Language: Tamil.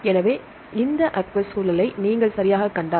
எனவே இந்த அக்வஸ் சூழலை நீங்கள் சரியாகக் கண்டால்